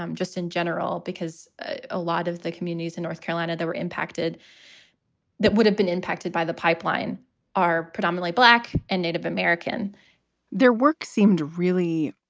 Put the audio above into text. um just in general, because a lot of the communities in north carolina that were impacted that would have been impacted by the pipeline are predominately black and native american their work seemed really